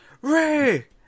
Ray